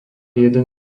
jeden